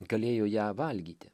galėjo ją valgyti